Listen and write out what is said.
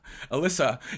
Alyssa